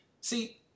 See